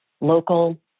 local